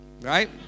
right